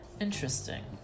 Interesting